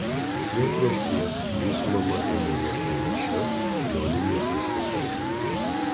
jau priešpiet ji su mama ėmė ruošti vaišes joninių išvakarėms